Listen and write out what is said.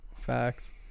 facts